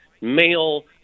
male